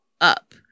up